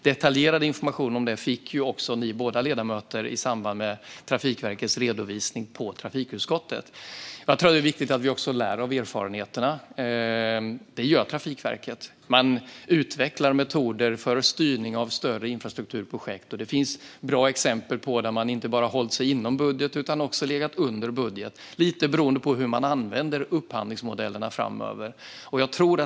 Detaljerad information om detta fick ledamöterna i samband med Trafikverkets redovisning i trafikutskottet. Det är viktigt att vi också lär av erfarenheterna. Det gör Trafikverket. Man utvecklar metoder för styrning av större infrastrukturprojekt. Det finns bra exempel på när man inte bara har hållit sig inom budget utan också legat under budget, lite beroende på hur man använder upphandlingsmodellerna.